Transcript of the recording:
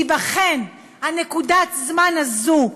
תיבחן נקודת הזמן הזו,